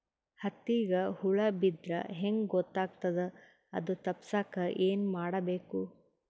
ಹತ್ತಿಗ ಹುಳ ಬಿದ್ದ್ರಾ ಹೆಂಗ್ ಗೊತ್ತಾಗ್ತದ ಅದು ತಪ್ಪಸಕ್ಕ್ ಏನ್ ಮಾಡಬೇಕು?